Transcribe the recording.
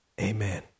amen